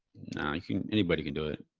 i mean anybody can do it.